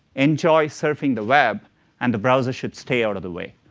enjoy surfing the web and the browser should stay out of the way.